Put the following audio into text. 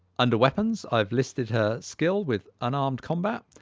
under weapons i've listed her skill with unarmed combat,